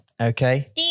Okay